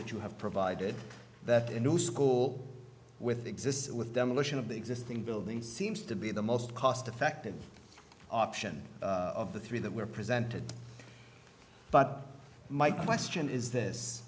that you have provided that into school with exists with demolition of the existing buildings seems to be the most cost effective option of the three that were presented but my question is this